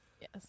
Yes